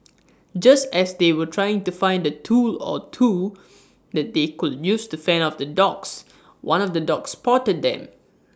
just as they were trying to find A tool or two that they could use to fend off the dogs one of the dogs spotted them